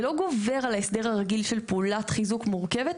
זה לא גובר על ההסדר הרגיל של פעולת חיזוק מורכבת,